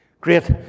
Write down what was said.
great